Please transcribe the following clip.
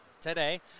today